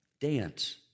dance